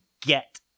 get